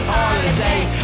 holiday